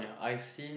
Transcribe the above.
ya I seen